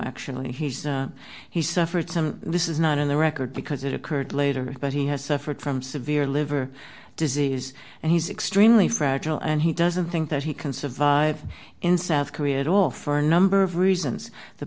actually he's he suffered some this is not in the record because it occurred later but he has suffered from severe liver disease and he's extremely fragile and he doesn't think that he can survive in south korea at all for a number of reasons the